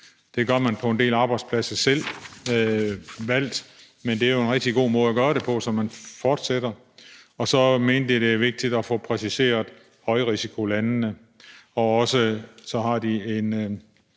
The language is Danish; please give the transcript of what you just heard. Det gør man på en del arbejdspladser selvvalgt, men det er en rigtig god måde at gøre det på, så det ønsker man fortsætter. Og så mener de, at det er vigtigt at få præciseret højrisikolandene. Så har de et